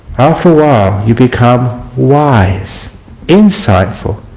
after awhile you become wise insightful,